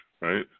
right